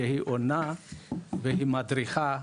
היא עונה והיא מדריכה.